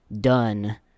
done